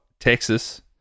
Texas